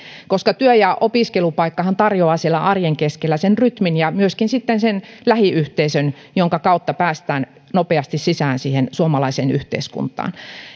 koska työ ja opiskelupaikkahan tarjoavat arjen keskellä rytmin ja myöskin sitten sen lähiyhteisön jonka kautta päästään nopeasti sisään suomalaiseen yhteiskuntaan